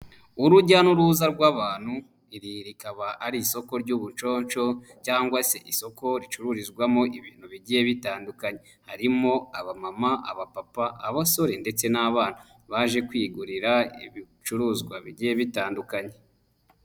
Urujya n'uruza rw'abantu, iri rikaba ari isoko ry'ubuconsho cyangwa se isoko ricururizwamo ibintu bigiye bitandukanye. Harimo: abamama, abapapa, abasore ndetse n'abana, baje kwigurira ibicuruzwa bigiye bitandukanye.